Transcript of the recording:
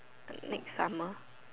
the next summer